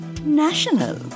national